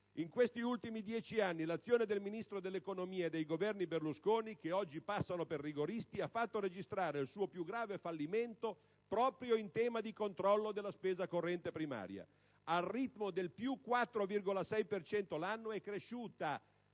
In questi ultimi dieci anni l'azione del Ministro dell'economia e dei Governi Berlusconi - che oggi passano per rigoristi - ha fatto registrare il suo più grave fallimento proprio in tema di controllo della spesa corrente primaria: al ritmo di un incremento